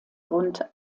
grund